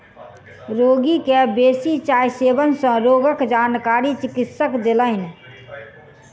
रोगी के बेसी चाय सेवन सँ रोगक जानकारी चिकित्सक देलैन